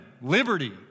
liberty